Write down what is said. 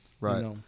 Right